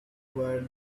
were